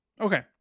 Okay